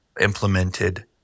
implemented